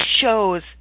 shows